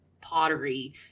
pottery